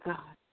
God